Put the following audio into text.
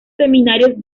seminarios